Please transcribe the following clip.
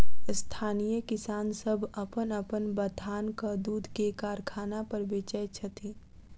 स्थानीय किसान सभ अपन अपन बथानक दूध के कारखाना पर बेचैत छथि